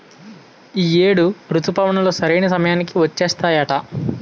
ఈ ఏడు రుతుపవనాలు సరైన సమయానికి వచ్చేత్తాయట